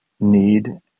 need